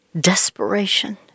desperation